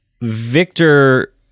Victor